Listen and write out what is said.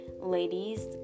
Ladies